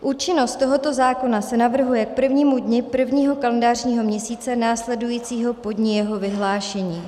Účinnost tohoto zákona se navrhuje k prvnímu dni prvního kalendářního měsíce následujícího po dni jeho vyhlášení.